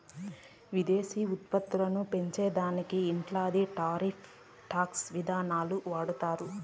స్వదేశీ ఉత్పత్తులని పెంచే దానికి ఇట్లాంటి టారిఫ్ టాక్స్ విధానాలు వాడతారు